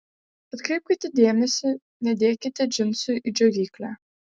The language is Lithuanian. atkreipkite dėmesį nedėkite džinsų į džiovyklę